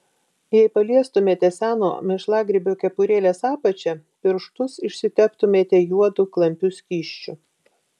jei paliestumėte seno mėšlagrybio kepurėlės apačią pirštus išsiteptumėte juodu klampiu skysčiu